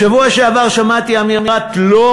בשבוע שעבר שמעתי אמירת "לא"